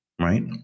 right